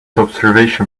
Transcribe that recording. observation